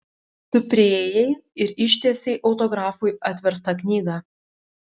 tu priėjai ir ištiesei autografui atverstą knygą